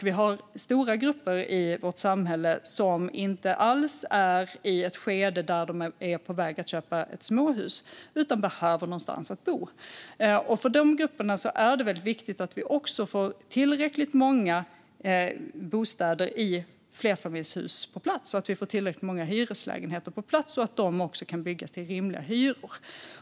Vi har stora grupper i vårt samhälle som inte alls befinner sig i ett skede där de är på väg att köpa ett småhus, utan de behöver någonstans att bo. För dessa grupper är det väldigt viktigt att vi får tillräckligt många bostäder i flerfamiljshus och tillräckligt många hyreslägenheter på plats och att de kan byggas till rimliga hyror.